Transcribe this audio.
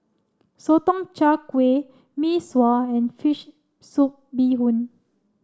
Sotong Char Kway Mee Sua and fish soup bee hoon